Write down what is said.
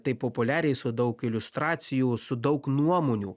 taip populiariai su daug iliustracijų su daug nuomonių